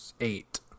eight